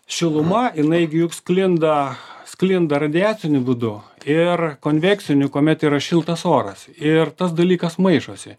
šiluma jinai gi juk sklinda sklinda radiaciniu būdu ir konvekciniu kuomet yra šiltas oras ir tas dalykas maišosi